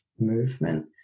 movement